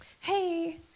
Hey